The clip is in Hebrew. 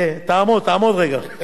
אל תרים את הידיים, תעמוד.